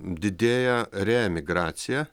didėja reemigracija